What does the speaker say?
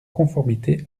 conformité